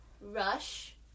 rush